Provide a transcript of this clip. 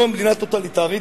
לא מדינה טוטליטרית,